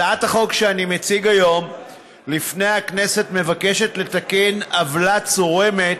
התשע"ח 2017, עברה בקריאה הטרומית